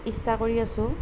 ইচ্ছা কৰি আছোঁ